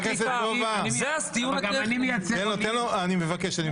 חבר הכנסת סובה, תן לו, אני מבקש.